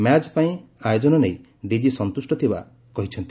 ମ୍ୟାଚ୍ପାଇଁ ଆୟୋକନ ନେଇ ଡିଜି ସନ୍ତୁଷ୍ ଥିବା ସେ କହିଛନ୍ତି